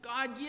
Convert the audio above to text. God